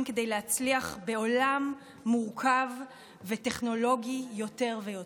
כדי להצליח בעולם מורכב וטכנולוגי יותר ויותר.